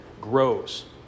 grows